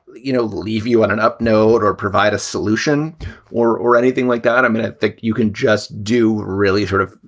you know, leave you on an up note or provide a solution or or anything like that. i mean, i think you can just do really sort of,